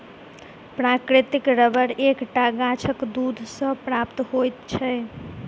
प्राकृतिक रबर एक टा गाछक दूध सॅ प्राप्त होइत छै